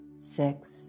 Six